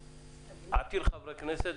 עתיר חברי כנסת.